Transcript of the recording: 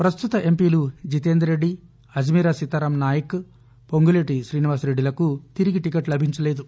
పస్తుత ఎంపీలు జితేందర్రెడ్డి అజ్మీరా సీతారాం నాయక్ పొంగులేటి శ్రీనివాస్రెడ్డిలకు తిరిగి టికెట్ లభించలేదు